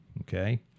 okay